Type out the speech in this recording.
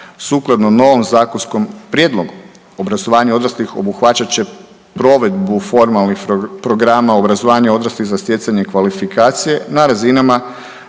Sukladno novom zakonskom prijedlogu obrazovanje odraslih obuhvaćat će provedbu formalnih programa obrazovanja odraslih za stjecanje kvalifikacije na razinama